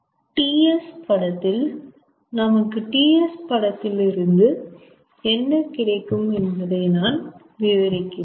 TS படத்தில் நமக்கு TS படத்தில் இருந்து என்ன கிடைக்கும் என்பதை நான் விவரிக்கிறேன்